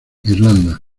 irlanda